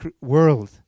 world